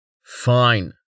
Fine